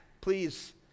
Please